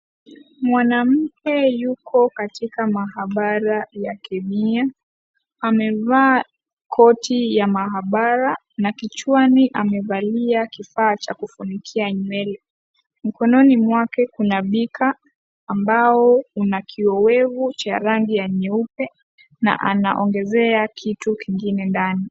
Mwanamke yuko katika maabara ya kemia amevaa koti ya maabara na kichwani amevalia kifaa cha kufunikia nywele, mkononi mwake kuna bika ambao una kiowevu cha rangi ya nyeupe na anaongezea kitu kingine ndani.